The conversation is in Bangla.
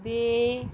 দে